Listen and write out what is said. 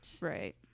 Right